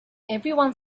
everyone